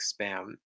spam